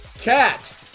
cat